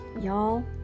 y'all